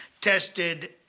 tested